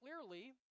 clearly